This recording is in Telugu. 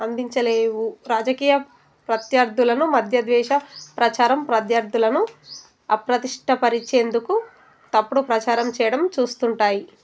అందించలేవు రాజకీయ ప్రత్యార్థులను మధ్య దేశ ప్రచారం ప్రత్యర్థులను అప్రతిష్ట పరిచేందుకు తప్పుడు ప్రచారం చేయడం చూస్తుంటాయి